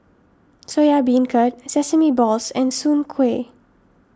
Soya Beancurd Sesame Balls and Soon Kuih